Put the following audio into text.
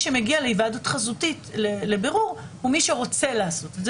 שמגיע להיוועדות חזותית בבירור הוא מי שרוצה לעשות את זה,